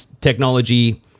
technology